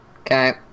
Okay